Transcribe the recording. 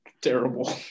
terrible